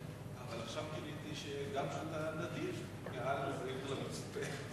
אבל עכשיו גיליתי שאתה גם נדיב מעל ומעבר למצופה.